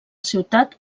ciutat